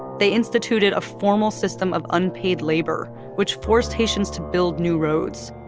they instituted a formal system of unpaid labor, which forced haitians to build new roads.